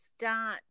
start